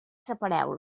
separeu